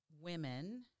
women